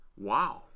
wow